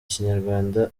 ikinyarwanda